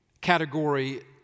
category